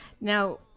Now